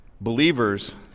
Believers